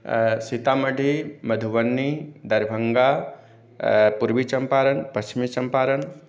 सीतामढ़ी मधुबनी दरभंगा पूर्वी चम्पारण पश्चिमी चम्पारण